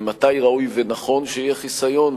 מתי ראוי ונכון שיהיה חיסיון,